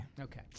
Okay